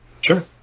Sure